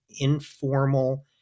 informal